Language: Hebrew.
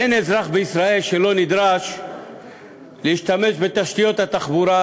אין אזרח בישראל שלא נדרש להשתמש בתשתיות התחבורה,